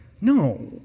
No